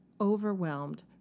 overwhelmed